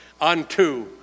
unto